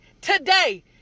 today